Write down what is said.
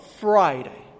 Friday